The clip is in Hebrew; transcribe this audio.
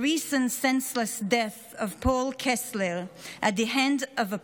The recent senseless death of Paul Kessler at the hands of a